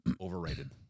overrated